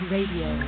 Radio